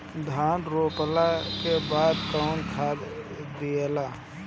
धान रोपला के बाद कौन खाद दियाला?